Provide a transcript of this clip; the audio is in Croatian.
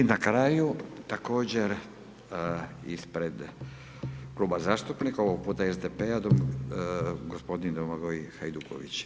I na kraju također ispred Kluba zastupnika ovoga puta SDP-a gospodin Domagoj Hajduković.